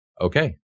okay